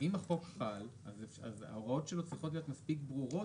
החובה לפי סעיף קטן (א)(2), של הסעיף האמור,